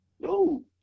No